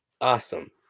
awesome